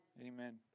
Amen